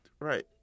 Right